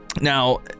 now